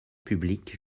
publique